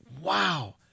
wow